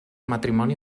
matrimoni